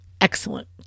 Excellent